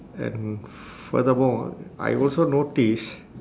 and furthermore I also notice